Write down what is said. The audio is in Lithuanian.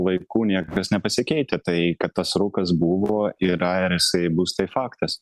laikų niekas nepasikeitę tai kad tas rūkas buvo yra ir jisai bus tai faktas